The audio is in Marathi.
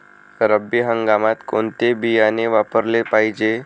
रब्बी हंगामात कोणते बियाणे वापरले पाहिजे?